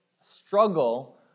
struggle